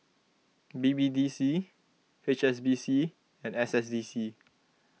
B B D C H S B C and S S D C